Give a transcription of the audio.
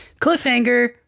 cliffhanger